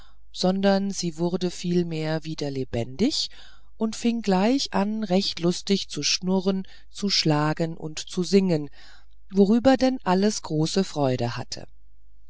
sondern sie wurde vielmehr wieder lebendig und fing gleich an recht lustig zu schnurren zu schlagen und zu singen worüber denn alles große freude hatte